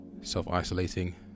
self-isolating